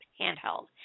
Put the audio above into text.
handheld